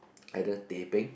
either teh peng